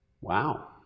Wow